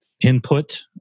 input